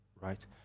right